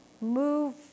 Move